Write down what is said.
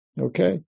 Okay